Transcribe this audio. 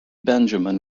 benjamin